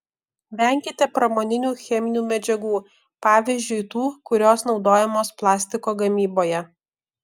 venkite pramoninių cheminių medžiagų pavyzdžiui tų kurios naudojamos plastiko gamyboje